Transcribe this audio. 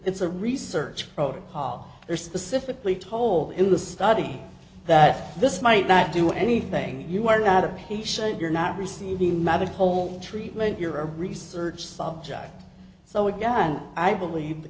it's a research protocol they're specifically told in the study that this might not do anything you are not a patient you're not receiving medical treatment you're a research subject so again i believe the